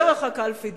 דרך הקלפי,